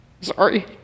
Sorry